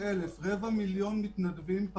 איציק שמולי, צריך להבין שללא תוכנית לצמצום